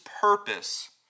purpose